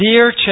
Dear